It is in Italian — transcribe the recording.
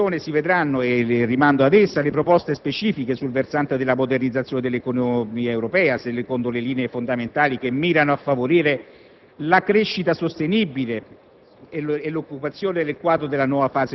Scorrendo la relazione, si vedranno, e rinvio ad esse, le proposte specifiche sul versante della modernizzazione dell'economia europea secondo le linee fondamentali che mirano a favorire la crescita sostenibile